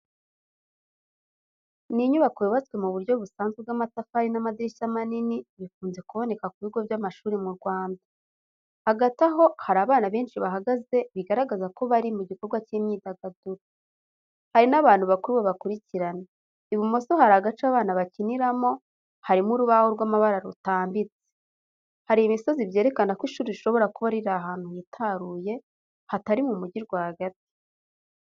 Ni inyubako yubatswe mu buryo busanzwe bw'amatafari n'amadirishya manini, bikunze kuboneka ku bigo by’amashuri mu Rwanda. Hagati aho hari abana benshi bahagaze bigaragara ko bari mu gikorwa cy’imyidagaduro. Hari n’abantu bakuru babakurikirana. Ibumoso hari agace abana bakiniramo, harimo urubaho rw’amabara rutambitse. Hari imisozi byerekana ko ishuri rishobora kuba riri ahantu hitaruye, hatari mu mujyi rwagati.